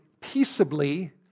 peaceably